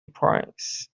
price